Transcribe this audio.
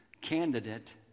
candidate